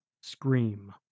Scream